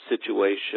situation